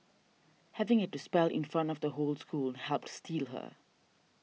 having had to spell in front of the whole school helped steel her